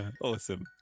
Awesome